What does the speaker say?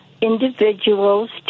individuals